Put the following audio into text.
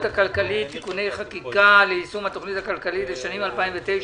הכלכלית (תיקוני חקיקה ליישום התוכנית הכלכלית לשנים 2009